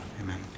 Amen